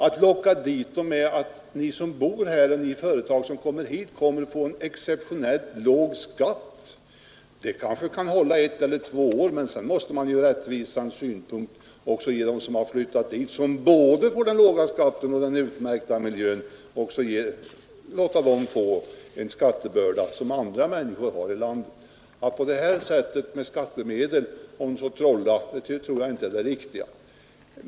Att locka dem som bor i dessa kommuner eller företag som flyttar dit med att de skall få en exceptionellt låg skatt kan kanske hålla ett eller två år, men sedan måste man ur rättvisesynpunkt ge dem som flyttat dit eller bor där sedan tidigare — och som får både den låga skatten och den utmärkta miljön — samma skattebörda som andra människor i landet har. Att på detta sätt trolla med skattemedel tror jag inte är riktigt.